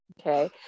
Okay